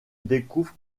découvre